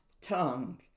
tongue